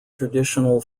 traditional